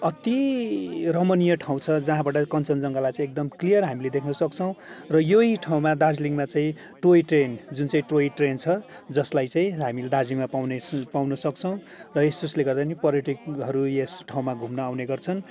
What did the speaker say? अत्ति रमणीय ठाउँ छ जहाँबाट कञ्चनजङ्घालाई चाहिँ एकदम क्लियर हामीले देख्नसक्छौँ र यही ठाउँमा दार्जिलिङमा चाहिँ टोय ट्रेन जुन चाहिँ टोय ट्रेन छ जसलाई चाहिँ हामीले दार्जिलिङमा पाउने पाउनसक्छौँ र यसोस्ले गर्दा पनि पर्यटकहरू यस ठाउँमा घुम्न आउने गर्छन्